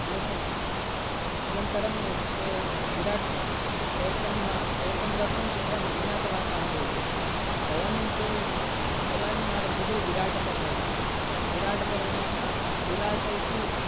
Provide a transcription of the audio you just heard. अनस अनन्तरं ते विराटं एकं वा एकं वर्षं तेषाम् अज्ञातवासः भवति तदानीं ते तदानीम् आरभ्यते विराटपर्व इति विराटपर्व नाम विराटः इति